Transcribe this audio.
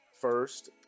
first